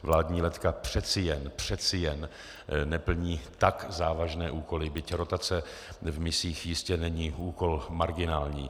Vládní letka přece jen, přece jen, neplní tak závažné úkoly, byť rotace v misích jistě není úkol marginální.